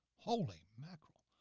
holy mackerel.